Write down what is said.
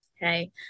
Okay